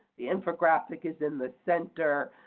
the infographic is in the center.